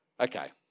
Okay